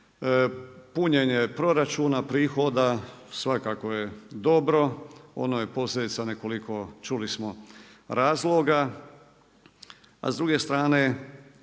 Punjenje proračuna prihoda, svakako je dobro ono je posljedica nekoliko čuli smo razloga, a s druge strane